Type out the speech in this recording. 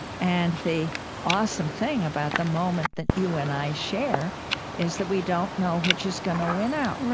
and the awesome thing about the moment that you and i share is that we don't know which is going to win out.